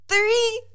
three